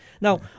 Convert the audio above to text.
Now